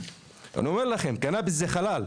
אני אומר לכם קנביס זה ח'לאל.